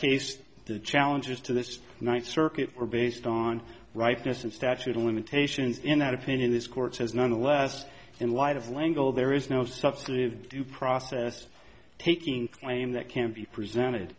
case the challenges to this ninth circuit are based on rightness and statute of limitations in that opinion this court has nonetheless in light of language there is no substantive due process taking claim that can be presented